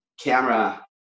camera